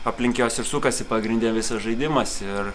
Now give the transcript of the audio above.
aplink juos ir sukasi pagrinde visas žaidimas ir